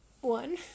one